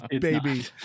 baby